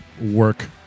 work